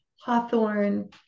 Hawthorne